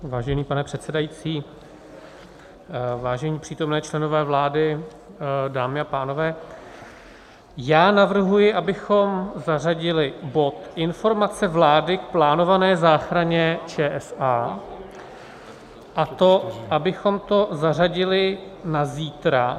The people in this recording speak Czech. Vážený pane předsedající, vážení přítomní členové vlády, dámy a pánové, já navrhuji, abychom zařadili bod Informace vlády k plánované záchraně ČSA a abychom to zařadili na zítra.